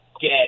get